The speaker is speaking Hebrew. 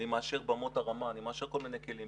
אני מאשר במות הרמה, אני מאשר כל מיני כלים.